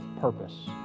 purpose